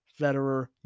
Federer